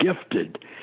gifted